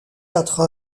quatre